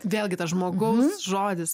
vėlgi tas žmogaus žodis